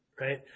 right